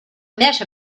met